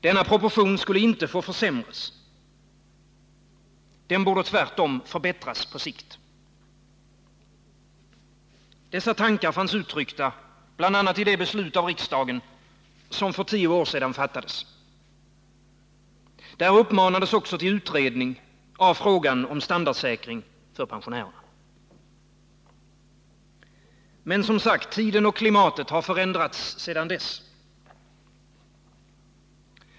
Denna proportion skulle inte få försämras. Den borde tvärtom förbättras på sikt. Dessa tankar fanns uttryckta bl.a. i det beslut som fattades av riksdagen för tio år sedan. Där uppmanades också till utredning av frågan om standardsäkring för pensionärerna. Men, som sagt, tiden och klimatet har förändrats sedan dess.